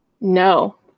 No